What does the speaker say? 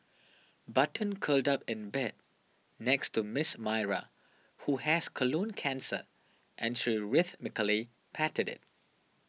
button curled up in bed next to Miss Myra who has colon cancer and she rhythmically patted it